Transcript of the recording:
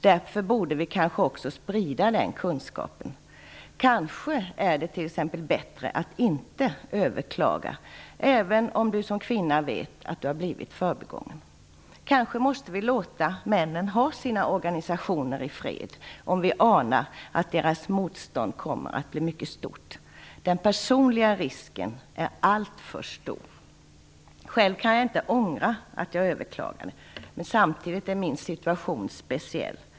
Därför borde vi kanske också sprida den kunskapen. Kanske är det t.ex. bättre att inte överklaga, även om du som kvinna vet att du har blivit förbigången. Kanske måste vi låta männen ha sina organisationer i fred om vi anar att deras motstånd kommer att bli mycket stort. Den personliga risken är alltför stor. Själv kan jag inte ångra att jag överklagade. Men samtidigt är min situation speciell.